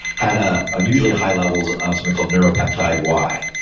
had ah unusually high levels of something called neuro peptide y.